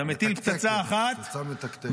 פצצה מתקתקת.